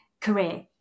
career